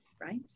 right